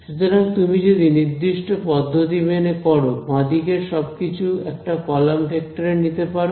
সুতরাং তুমি যদি নির্দিষ্ট পদ্ধতি মেনে করো বাঁদিকের সবকিছু একটা কলাম ভেক্টর এ নিতে পারো